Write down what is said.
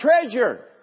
treasure